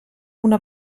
una